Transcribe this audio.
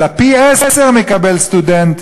אלא פי-עשרה מקבל סטודנט,